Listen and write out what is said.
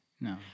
No